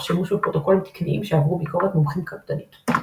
תוך שימוש בפרוטוקולים תקניים שעברו ביקורת מומחים קפדנית.